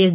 yes